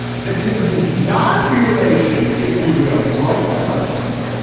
the tin-tin non-big relation, if you will, you won't. that's understandable.